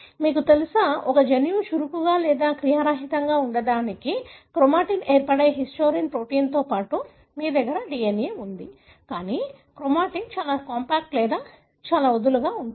మీకు తెలుసా ఒక జన్యువు చురుకుగా లేదా క్రియారహితంగా ఉండటానికి మీకు తెలుసా క్రోమాటిన్ ఏర్పడే హిస్టోన్ ప్రోటీన్తో పాటు మీ దగ్గర DNA ఉంది కానీ క్రోమాటిన్ చాలా కాంపాక్ట్ లేదా చాలా వదులుగా ఉంటుంది